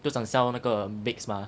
都想 sell 那个 bakes mah